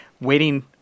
waiting